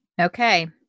Okay